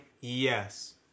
Yes